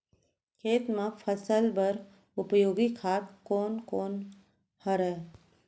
खेत म फसल बर उपयोगी खाद कोन कोन हरय?